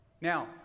Now